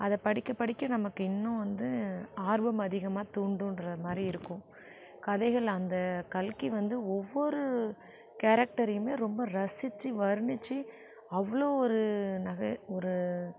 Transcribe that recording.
அதை படிக்க படிக்க நமக்கு இன்னும் வந்து ஆர்வம் அதிகமாக தூண்டும்ன்ற மாதிரி இருக்கும் கதைகள் அந்த கல்கி வந்து ஒவ்வொரு கேரக்டரயுமே ரொம்ப ரசிச்சி வர்ணிச்சு அவ்வளோ ஒரு நகை ஒரு